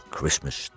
Christmas